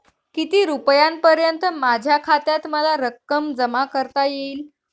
किती रुपयांपर्यंत माझ्या खात्यात मला रक्कम जमा करता येईल?